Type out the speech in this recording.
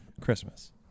Christmas